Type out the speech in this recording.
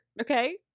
okay